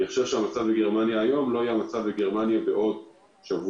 אני חושב שהמצב בגרמניה היום לא יהיה טוב מהמצב בגרמניה בעוד שבוע.